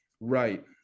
right